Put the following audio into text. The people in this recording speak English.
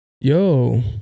Yo